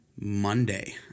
Monday